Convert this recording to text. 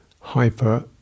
hyper